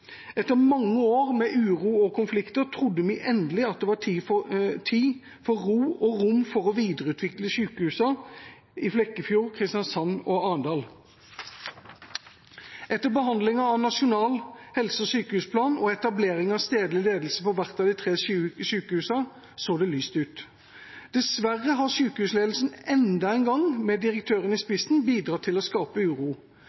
Etter mange år med uro og konflikter trodde vi endelig at det var tid for ro og rom for å videreutvikle sykehusene i Flekkefjord, Kristiansand og Arendal. Etter behandlingen av Nasjonal helse- og sykehusplan og etablering av stedlig ledelse på hvert av de tre sykehusene så det lyst ut. Dessverre har sykehusledelsen enda en gang, med direktøren i spissen, bidratt til å skape uro